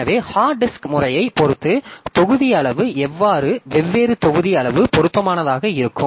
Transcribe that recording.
எனவே hard disk முறையைப் பொறுத்து தொகுதி அளவு வெவ்வேறு தொகுதி அளவு பொருத்தமானதாக இருக்கும்